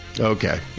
Okay